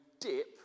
dip